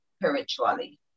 spiritually